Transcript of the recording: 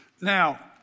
Now